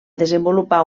desenvolupar